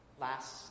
Last